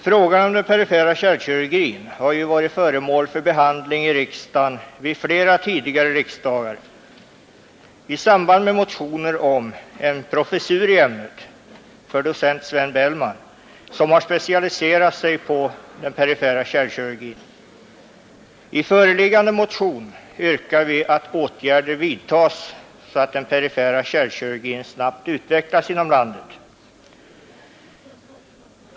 Frågan om den perifera kärlkirurgin har varit föremål för behandling vid flera tidigare riksdagar i samband med motioner om en professur i ämnet för docent Sven Bellman som har specialiserat sig på perifer kärlkirurgi. I föreliggande motion yrkar vi att sådana åtgärder vidtas att den perifera kärlkirurgin snabbt utvecklas inom landet.